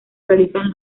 realizan